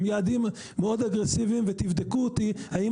הם יעדים מאוד אגרסיביים ותבדקו אותי האם